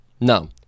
No